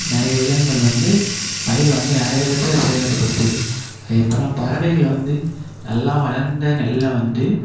நிறைய விலங்குகள் வந்து பயிரை வந்து நிறைய விதத்தில் சேதத்தை படுத்துது அது எப்போன்னா பறவைகள் வந்து நல்லா வளர்ந்த நெல்லை வந்து